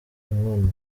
inkono